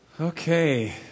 Okay